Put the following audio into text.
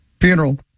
Funeral